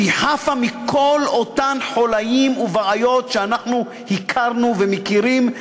שהיא חפה מכל אותם חוליים ובעיות שאנחנו הכרנו ומכירים,